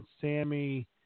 Sammy